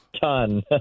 ton